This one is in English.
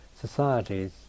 societies